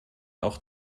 auch